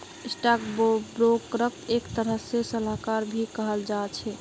stock ब्रोकरक एक तरह से सलाहकार भी कहाल जा छे